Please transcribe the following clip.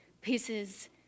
pieces